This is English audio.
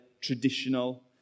traditional